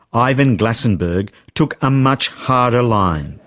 ivan glasenberg, took a much harder line.